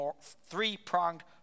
three-pronged